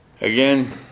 Again